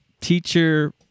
Teacher